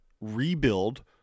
rebuild